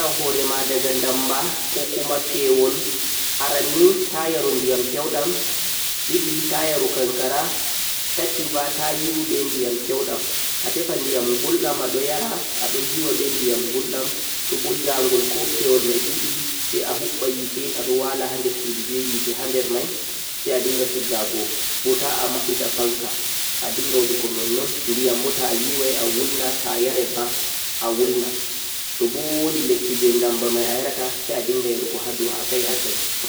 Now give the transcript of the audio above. Ta'ayiɗe a fadda hurema daga ndambaa koh pewol, arannii ta yaru ndiyam peuɗam, ta yaru kankara, taboo yiwu be ndiyam peudam. Adinga naftirgo be ndiyam ngulɗam kullum ha yarugo be yiwaki